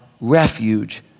refuge